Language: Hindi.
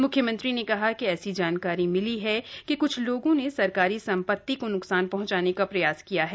म्ख्यमंत्री ने कहा कि ऐसी जानकारी मिली है कि क्छ लोगों ने सरकारी सम्पत्ति को नुकसान पहंचाने का प्रयास किया है